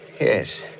Yes